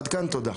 עד כאן, תודה.